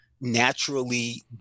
naturally